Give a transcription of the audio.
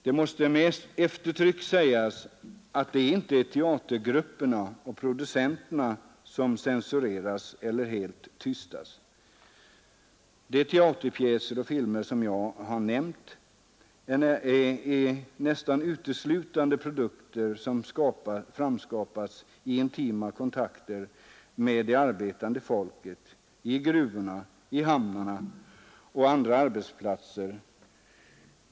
Det måste med eftertryck sägas, att det inte är teatergrupperna och producenterna som censureras eller helt tystas. De teaterpjäser och filmer som jag här har nämnt är nästan uteslutande produkter som framskapats i intima kontakter med det arbetande folket i gruvorna, i hamnarna och på andra arbetsplatser.